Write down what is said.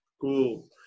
cool